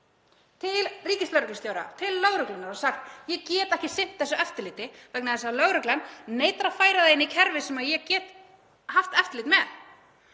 til ríkislögreglustjóra, til lögreglunnar og sagt: Ég get ekki sinnt þessu eftirliti vegna þess að lögreglan neitar að færa það inn í kerfi sem ég get haft eftirlit með.